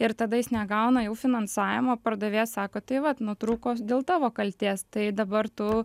ir tada jis negauna jau finansavimo pardavėjas sako tai vat nutrūko dėl tavo kaltės tai dabar tu